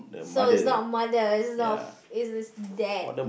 so it's not mother it's dad